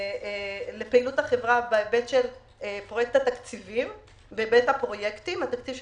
לפעילות החברה בהיבט של התקציבים של הפרויקטים,